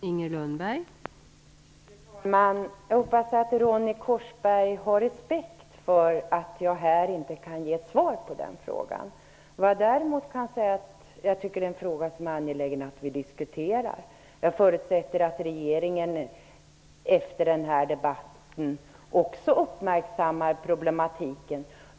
Fru talman! Jag hoppas att Ronny Korsberg har respekt för att jag här inte kan ge ett svar på den frågan. Däremot kan jag säga att jag tycker att det är angeläget att diskutera frågan. Jag förutsätter att också regeringen efter den här debatten uppmärksammar problematiken.